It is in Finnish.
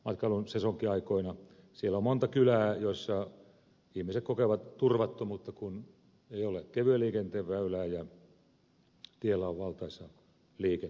siellä on monta kylää joissa ihmiset kokevat turvattomuutta kun ei ole kevyen liikenteen väylää ja tiellä on valtaisa liikenne